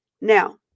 Now